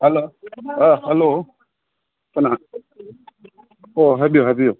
hello hello ꯀꯅꯥ ꯑꯣ ꯍꯥꯏꯕꯤꯌꯨ ꯍꯥꯏꯕꯤꯌꯨ